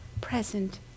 present